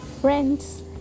friends